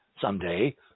someday